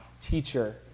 teacher